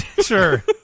sure